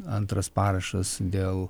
antras parašas dėl